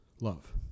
love